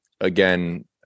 again